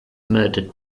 murdered